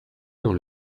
dans